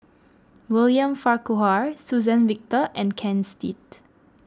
William Farquhar Suzann Victor and Ken Seet